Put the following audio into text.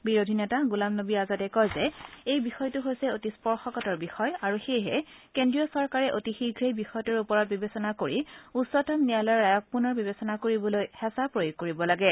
বিৰোধী নেতা গোলাম নবী আজাদে কয় যে এই বিষয়টো হৈছে অতি স্পৰ্শকাতৰ বিষয় আৰু সেয়েহে কেন্দ্ৰীয় চৰকাৰে অতি শীঘ্নে বিষয়টোৰ ওপৰত বিবেচনা কৰি উচ্চতম ন্যায়ালয়ৰ ৰায়ক পূনৰ বিবেচনা কৰিবলৈ হেঁচা প্ৰয়োগ কৰিব লাগে